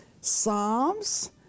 Psalms